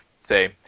say